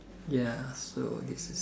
ya so this is